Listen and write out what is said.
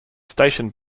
station